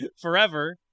Forever